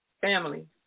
family